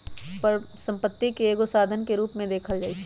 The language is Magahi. परिसम्पत्ति के एगो साधन के रूप में देखल जाइछइ